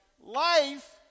Life